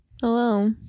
hello